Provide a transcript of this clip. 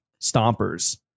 stompers